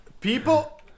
People